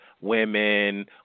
women